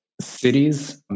cities